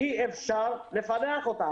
אי אפשר לפענח אותה?